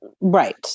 Right